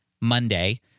Monday